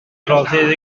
roddir